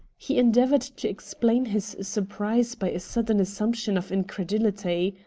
he endeavored to explain his surprise by a sudden assumption of incredulity.